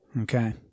Okay